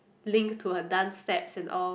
link to her dance steps and all